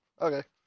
Okay